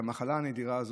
את המחלה הנדירה הזאת,